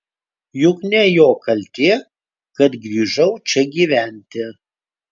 juk ne jo kaltė kad grįžau čia gyventi